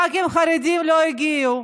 ח"כים חרדים לא הגיעו.